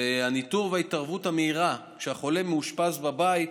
הניטור וההתערבות המהירה כשהחולה מאושפז בבית